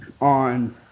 on